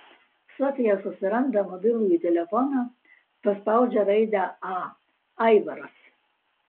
sofija susiranda mobilųjį telefoną paspaudžia raidę a aivaras